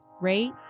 rate